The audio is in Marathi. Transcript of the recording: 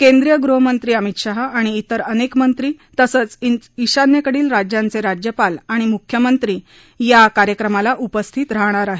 केंद्रीय गृहमंत्री अमित शहा आणि त्विर अनेक मंत्री तसंच ईशान्येकडील राज्यांचे राज्यपाल आणि मुख्यमंत्री या कार्यक्रमाला उपस्थित राहणार आहेत